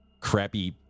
crappy